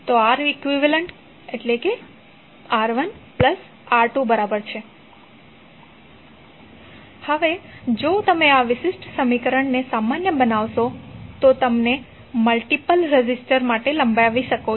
તો ReqR1R2 હવે જો તમે આ વિશેષ સમીકરણને સામાન્ય બનાવશો તો તમે તેને મલ્ટીપલ રેઝિસ્ટર માટે લંબાવી શકો છો